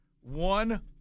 One